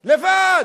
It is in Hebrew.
לבד.